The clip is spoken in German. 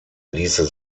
ließe